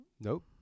Nope